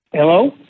Hello